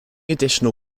additional